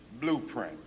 blueprint